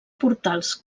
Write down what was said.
portals